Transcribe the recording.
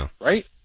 right